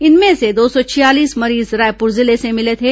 इनमें से दो सौ छियालीस मरीज रायपुर जिले से मिले थे